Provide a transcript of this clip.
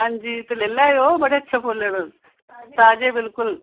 अंजी ते लेई लैयो बड़े अच्छे फुल्ल न ताज़े बिलकुल